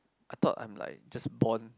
I thought I'm like just born